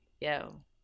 yo